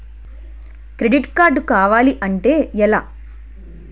Credit card కావాలి అంటే ఎలా?